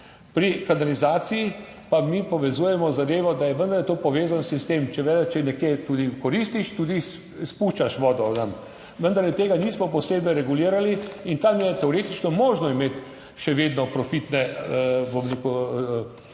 Pri kanalizaciji pa mi povezujemo zadevo, da je vendarle to povezan sistem, če je nekje tudi koristiš, tudi spuščaš vodo tam(?), vendarle tega nismo posebej regulirali in tam je teoretično možno imeti še vedno profitne, bom rekel,